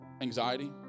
Anxiety